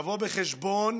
תבוא חשבון